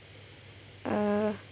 ah